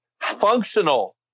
functional